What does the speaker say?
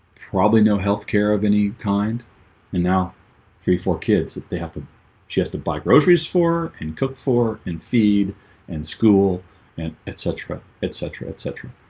probably know health care of any kind and now three four kids they have to she has to buy groceries for and cook for and feed and school and etc. etc. etc